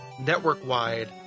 network-wide